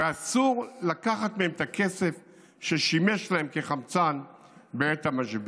ואסור לקחת מהם את הכסף ששימש להם כחמצן בעת המשבר.